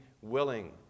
willing